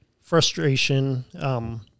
frustration